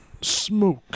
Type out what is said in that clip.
smoke